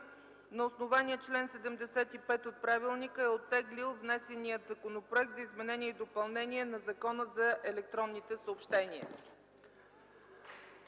на основание чл. 75 от правилника е оттеглил внесения Законопроект за изменение и допълнение на Закона за електронните съобщения.